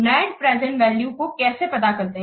net present value को कैसे प्राप्त करते हैं